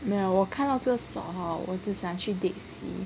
没有我看到这时候 hor 我只想去 Dead Sea